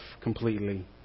completely